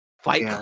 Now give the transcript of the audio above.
Fight